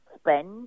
spend